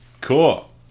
Cool